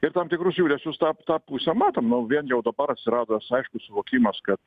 ir tam tikrus judesius tą tą pusę matom nu vien jau dabar atsirado tas aiškus suvokimas kad